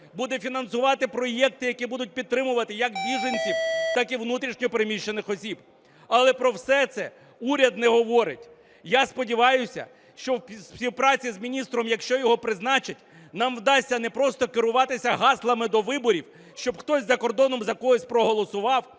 буде фінансувати проєкти, які будуть підтримувати як біженців, так і внутрішньо переміщених осіб. Але про все це уряд не говорить. Я сподіваюся, що співпраця з міністром, якщо його призначать, нам вдасться не просто керуватися гаслами до виборів, щоб хтось за кордоном за когось проголосував,